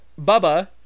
Bubba